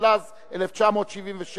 התשל"ז 1977,